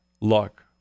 luck